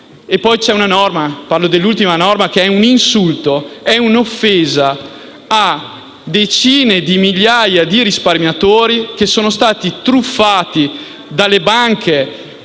C'è poi un'ultima norma che è un insulto, un'offesa a decine di migliaia di risparmiatori che sono stati truffati dalle banche,